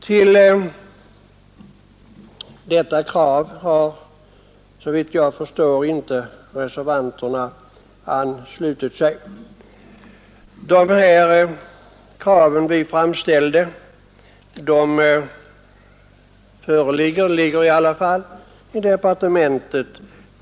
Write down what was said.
Till detta krav har, såvitt jag förstår, reservanterna inte anslutit sig. De krav som vi framställde prövas i departementet.